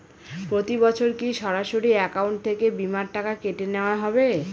প্রতি বছর কি সরাসরি অ্যাকাউন্ট থেকে বীমার টাকা কেটে নেওয়া হবে?